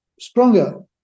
stronger